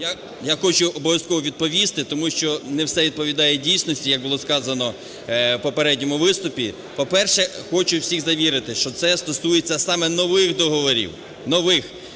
Я хочу обов'язково відповісти, тому що не все відповідає дійсності, як було сказано в попередньому виступі. По-перше, хочу всіх завірити, що це стосується саме нових договорів, нових.